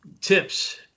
tips